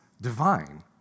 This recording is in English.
divine